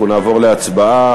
אנחנו נעבור להצבעה.